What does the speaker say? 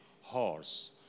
horse